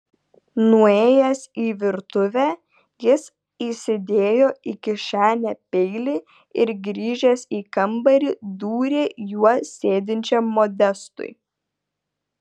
nuėjęs į virtuvę jis įsidėjo į kišenę peilį ir grįžęs į kambarį dūrė juo sėdinčiam modestui